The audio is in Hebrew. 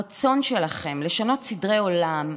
הרצון שלכם לשנות סדרי עולם,